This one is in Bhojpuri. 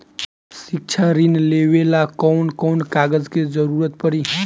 शिक्षा ऋण लेवेला कौन कौन कागज के जरुरत पड़ी?